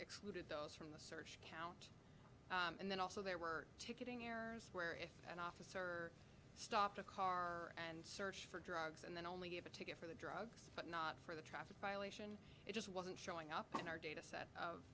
excluded those from the city and then also there were ticket errors where if an officer stopped a car and searched for drugs and then only gave a ticket for the drugs but not for the traffic violation it just wasn't showing up in our data set of